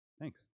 Thanks